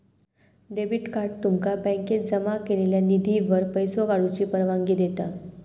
debit card तुमका बँकेत जमा केलेल्यो निधीवर पैसो काढूची परवानगी देता